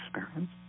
experience